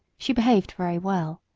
she behaved very well.